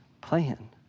plan